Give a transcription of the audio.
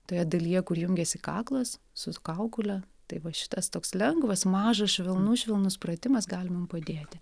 toje dalyje kur jungiasi kaklas su kaukole tai va šitas toks lengvas mažas švelnus švelnus pratimas gali mum padėti